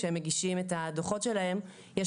כאשר הם מגישים את הדוחות שלהם יש